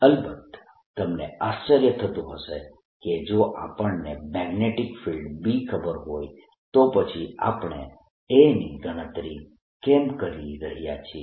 અલબત્ત તમને આશ્ચર્ય થતું હશે કે જો આપણને મેગ્નેટીક ફિલ્ડ B ખબર હોય તો પછી આપણે A ની ગણતરી કેમ કરી રહ્યા છીએ